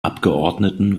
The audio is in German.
abgeordneten